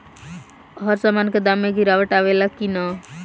हर सामन के दाम मे गीरावट आवेला कि न?